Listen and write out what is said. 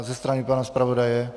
Ze strany pana zpravodaje?